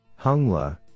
Hungla